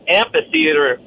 amphitheater